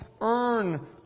earn